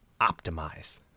Optimize